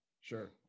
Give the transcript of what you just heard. sure